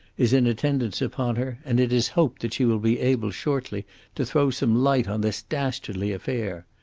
is in attendance upon her, and it is hoped that she will be able shortly to throw some light on this dastardly affair.